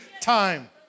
time